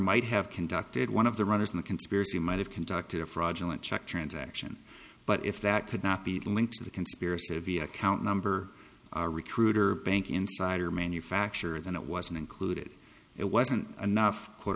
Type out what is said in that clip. might have conducted one of the runners in the conspiracy might have conducted a fraudulent check transaction but if that could not be linked to the conspiracy of the account number are recruiter bank insider manufacture then it wasn't included it wasn't enough quote